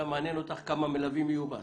מעניין אותך כמה מלווים יהיו בהסעה.